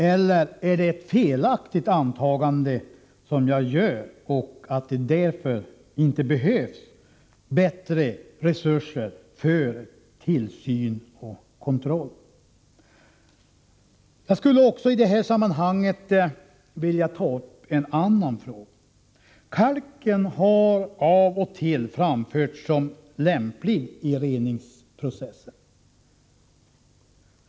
Kan det vara ett felaktigt antagande jag gör? Behövs det inte bättre resurser för tillsyn och kontroll? Jag skulle också i det här sammanhanget vilja ta upp en annan fråga. Kalk har av och till framförts som någonting som är lämpligt i reningsprocessen.